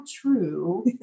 true